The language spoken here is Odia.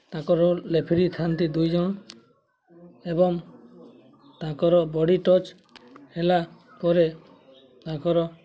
ତାଙ୍କର ରେଫରି ଥାଆନ୍ତି ଦୁଇ ଜଣ ଏବଂ ତାଙ୍କର ବଡ଼ି ଟଚ୍ ହେଲାପରେ ତାଙ୍କର